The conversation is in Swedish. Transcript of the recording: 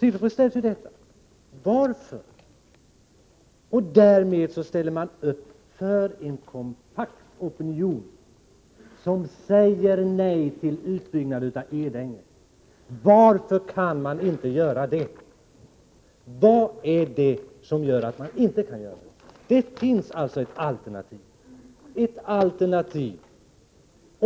Därmed skulle vi också ställa upp för en kompakt opinion, som säger nej till utbyggnad av Edänge. Det finns alltså ett alternativ —